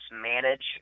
manage